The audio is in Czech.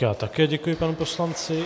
Já také děkuji panu poslanci.